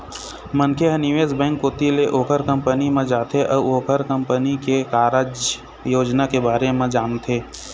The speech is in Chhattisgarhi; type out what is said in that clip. मनखे ह निवेश बेंक कोती ले ओखर कंपनी म जाथे अउ ओखर कंपनी के कारज योजना के बारे म जानथे